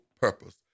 purpose